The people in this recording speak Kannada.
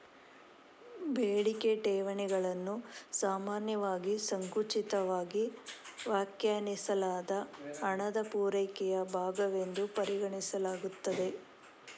ಬೇಡಿಕೆ ಠೇವಣಿಗಳನ್ನು ಸಾಮಾನ್ಯವಾಗಿ ಸಂಕುಚಿತವಾಗಿ ವ್ಯಾಖ್ಯಾನಿಸಲಾದ ಹಣದ ಪೂರೈಕೆಯ ಭಾಗವೆಂದು ಪರಿಗಣಿಸಲಾಗುತ್ತದೆ